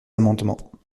amendements